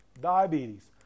diabetes